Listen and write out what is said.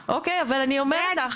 אבל אני אומרת לך,